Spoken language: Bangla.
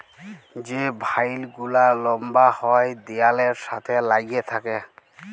যে ভাইল গুলা লম্বা হ্যয় দিয়ালের সাথে ল্যাইগে থ্যাকে